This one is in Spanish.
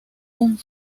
kung